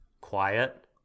quiet